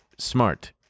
smart